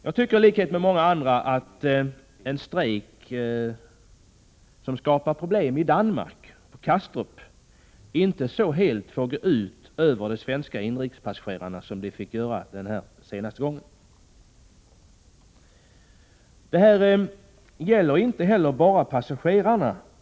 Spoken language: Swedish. Jag tycker i likhet med många andra att en strejk på Kastrup, som skapar problem i Danmark, inte så helt får gå ut över de svenska inrikespassagerarna som den senaste strejken fick göra. Det här problemet med SAS berör inte bara passagerarna.